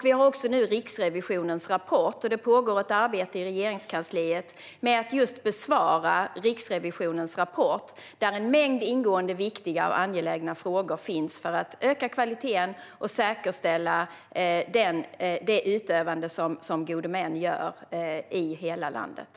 Vi har också Riksrevisionens rapport, och det pågår ett arbete i Regeringskansliet med att besvara denna rapport, där en mängd angelägna frågor finns om att öka kvaliteten och säkerställa det utövande som gode män gör i hela landet.